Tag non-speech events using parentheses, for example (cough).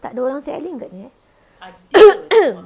tak ada orang selling agaknya eh (coughs)